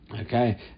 Okay